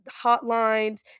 hotlines